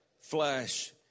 Flesh